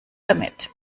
damit